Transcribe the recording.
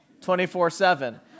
24-7